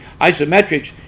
Isometrics